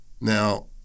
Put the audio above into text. Now